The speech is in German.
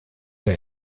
der